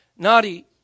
Nadi